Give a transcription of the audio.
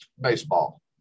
Baseball